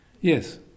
Yes